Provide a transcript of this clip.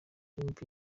w’umupira